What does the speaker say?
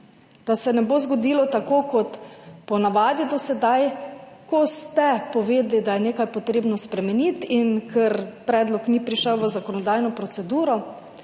da se ne bo zgodilo tako kot po navadi do sedaj, ko ste povedali, da je treba nekaj spremeniti in ker predlog ni prišel v zakonodajno proceduro,